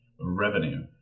revenue